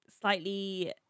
slightly